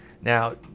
now